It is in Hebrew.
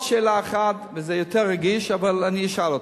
שאלה אחת, וזה יותר רגיש, אבל אני אשאל אותה.